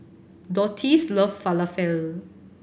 Dottie loves Falafel